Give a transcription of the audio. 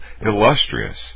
illustrious